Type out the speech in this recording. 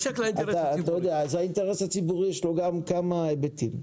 לאינטרס הציבורי יש כמה היבטים.